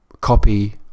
copy